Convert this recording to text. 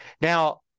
now